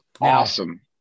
awesome